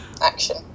action